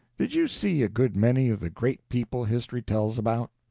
did you see a good many of the great people history tells about?